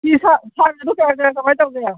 ꯐꯤ ꯁꯥꯜꯒꯗꯨ ꯀꯌꯥ ꯀꯌꯥ ꯀꯃꯥꯏꯅ ꯇꯧꯒꯦ